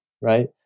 Right